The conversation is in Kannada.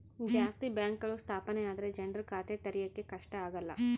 ಜಾಸ್ತಿ ಬ್ಯಾಂಕ್ಗಳು ಸ್ಥಾಪನೆ ಆದ್ರೆ ಜನ್ರು ಖಾತೆ ತೆರಿಯಕ್ಕೆ ಕಷ್ಟ ಆಗಲ್ಲ